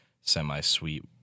semi-sweet